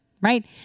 Right